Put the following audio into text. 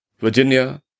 Virginia